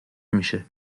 میشه